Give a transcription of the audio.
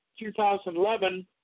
2011